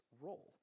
role